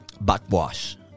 Backwash